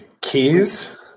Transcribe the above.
keys